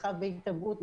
מרחב בהתהוות,